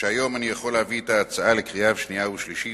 שהיום אני יכול להביא את ההצעה לקריאה שנייה ולקריאה שלישית,